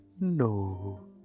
no